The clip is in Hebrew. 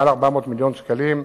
מעל 400 מיליון שקלים,